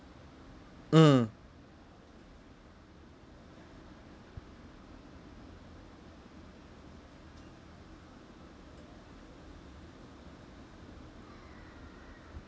mm